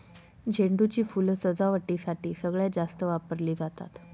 झेंडू ची फुलं सजावटीसाठी सगळ्यात जास्त वापरली जातात